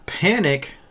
panic